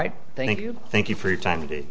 right thank you thank you for your time today